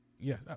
Yes